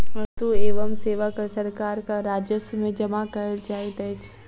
वस्तु एवं सेवा कर सरकारक राजस्व में जमा कयल जाइत अछि